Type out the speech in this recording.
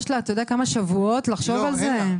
אתה יודע כמה שבועות יש לה לחשוב על זה?